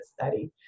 study